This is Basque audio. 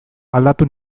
aldatu